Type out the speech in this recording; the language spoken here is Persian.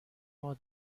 ماه